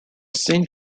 saint